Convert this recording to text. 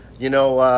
you know,